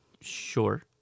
sure